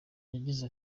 yagize